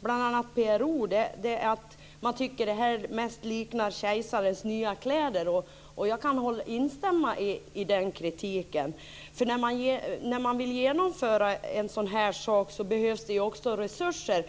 bl.a. PRO har varit att man tycker att detta mest liknar kejsarens nya kläder. Jag kan instämma i den kritiken. När man vill genomföra en sådan här sak behövs det ju också resurser.